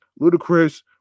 Ludacris